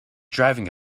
driving